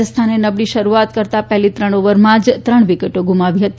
રાજસ્થાન તરફથી નબળી શરૂઆત કરતા પહેલી ત્રણ ઓવરમાં જ ત્રણ વિકેટો ગુમાવી હતી